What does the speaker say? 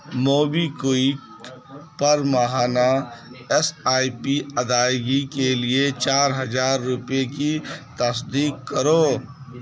Mobi quick پر ماہانہ S I P ادائیگی کے لیے چار ہزار روپے کی تصدیق کرو